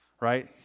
right